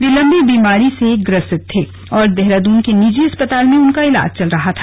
वे लंबी बीमारी से ग्रसित थे और देहरादून के निजी अस्पताल में उनका इलाज चल रहा था